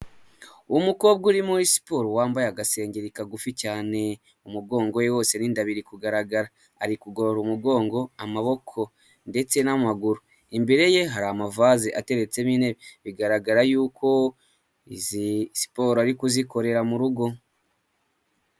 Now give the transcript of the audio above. Umukobwa uri muri siporo wambaye agasengeri kagufi cyane, umugongo we wose n'inda biri kugaragara, ari kugorora umugongo amaboko ndetse n'amaguru, imbere ye hari amavaze ateretsemo intebe bigaragara yuko izi siporo ari kuzikorera mu rugo.